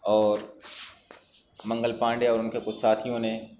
اور منگل پانڈے اور ان کے کچھ ساتھیوں نے